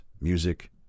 music